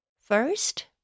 First